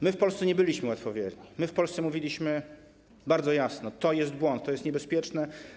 My w Polsce nie byliśmy łatwowierni, my w Polsce mówiliśmy bardzo jasno: to jest błąd, to jest niebezpieczne.